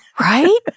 Right